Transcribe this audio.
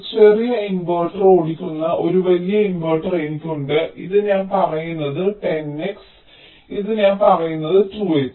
ഒരു ചെറിയ ഇൻവെർട്ടർ ഓടിക്കുന്ന ഒരു വലിയ ഇൻവെർട്ടർ എനിക്കുണ്ട് ഇത് ഞാൻ പറയുന്നത് 10 X ഇത് ഞാൻ പറയുന്നത് 2 X